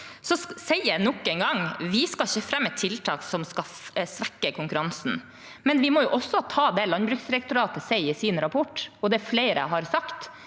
Jeg sier nok en gang: Vi skal ikke fremme tiltak som vil svekke konkurransen. Men vi må også ta med det Landbruksdirektoratet skriver i sin rapport, og det flere har sagt,